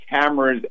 cameras